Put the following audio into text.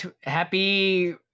happy